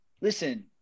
listen